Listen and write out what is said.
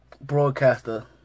broadcaster